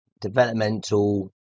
developmental